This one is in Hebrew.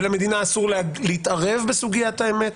ולמדינה אסור להתערב בסוגית האמת.